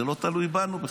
זה לא תלוי בנו בכלל.